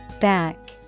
Back